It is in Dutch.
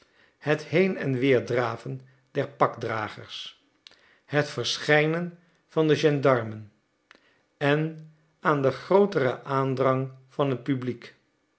het heen en weer draven der pakdragers het verschijnen van de gendarmen en aan den grooteren aandrang van het publiek